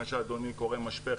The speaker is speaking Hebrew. שאדוני קורא משפך,